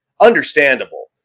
understandable